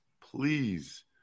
please